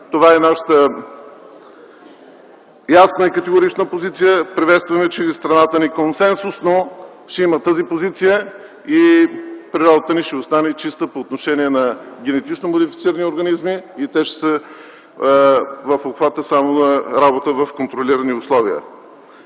Това е нашата ясна и категорична позиция. Приветстваме, че в страната ни има консенсус по тази позиция и природата ни ще остане чиста по отношение на генетично модифицирани организми и те ще са в обхвата само на работа в контролирани условия.